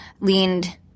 leaned